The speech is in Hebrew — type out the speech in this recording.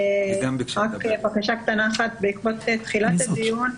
רק בקשה קטנה אחת, בעקבות תחילת הדיון.